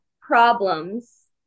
problems